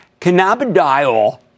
cannabidiol